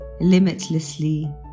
limitlessly